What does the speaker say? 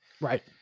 right